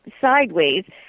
sideways